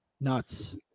Nuts